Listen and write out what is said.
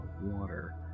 water